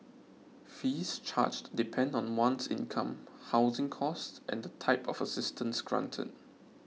fees charged depend on one's income housing cost and the type of assistance granted